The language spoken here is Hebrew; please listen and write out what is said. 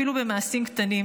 אפילו במעשים קטנים,